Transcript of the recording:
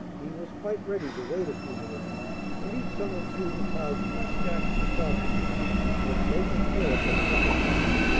he was quite ready to wait a few minutes and eat some of julia cloud's flapjacks and sausages with maple-syrup and apple-sauce.